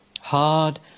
hard